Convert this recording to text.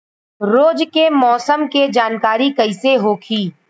रोज के मौसम के जानकारी कइसे होखि?